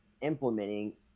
implementing